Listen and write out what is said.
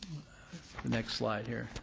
next slide here.